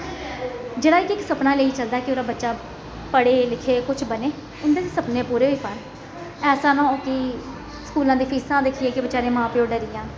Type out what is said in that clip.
जेह्ड़ा कि सपना लेई चलदा कि ओह्दा बच्चा पढ़े लिखे कुछ बने उं'दे बी सपने पूरे होई पान ऐसा नेईं होए कि स्कूलें दी फीसां दिक्खियै गै बचारे मां प्यो ड़री जाह्न